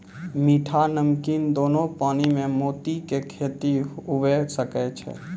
मीठा, नमकीन दोनो पानी में मोती के खेती हुवे सकै छै